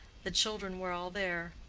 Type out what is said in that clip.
the children were all there.